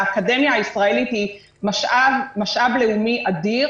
האקדמיה הישראלית היא משאב לאומי אדיר